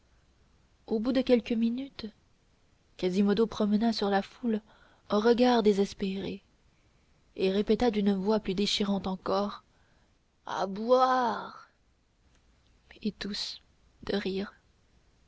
au bout de quelques minutes quasimodo promena sur la foule un regard désespéré et répéta d'une voix plus déchirante encore à boire et tous de rire